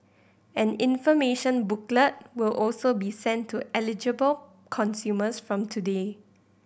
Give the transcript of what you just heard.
an information booklet will also be sent to eligible consumers from today